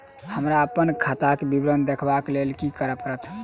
हमरा अप्पन खाताक विवरण देखबा लेल की करऽ पड़त?